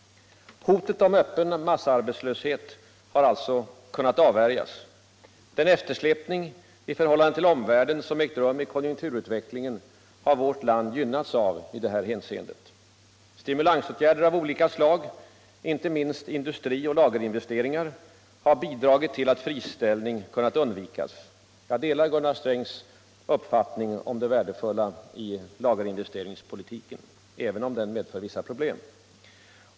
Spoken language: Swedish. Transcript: Hotet om öppen massarbetslöshet har alltså kunnat avvärjas. Den eftersläpning i förhållande till omvärlden som ägt rum i konjunkturutvecklingen har vårt land gynnats av i detta hänseende. Stimulansåtgärder av olika slag — inte minst industrioch lagerinvesteringar — har bidragit till att friställning kunnat undvikas. Jag delar Gunnar Strängs uppfattning om det värdefulla i lagerinvesteringspolitiken, även om den medför vissa problem.